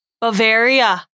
Bavaria